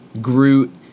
Groot